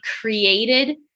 created